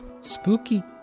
Spooky